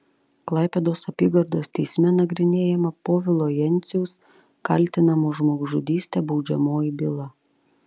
klaipėdos apygardos teisme nagrinėjama povilo jenciaus kaltinamo žmogžudyste baudžiamoji byla